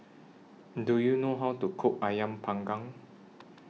Do YOU know How to Cook Ayam Panggang